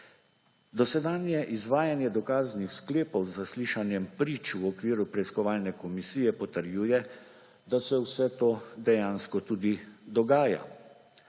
Dosedanje izvajanje dokaznih sklepov z zaslišanjem prič v okviru preiskovalne komisije potrjuje, da se vse to dejansko tudi dogaja;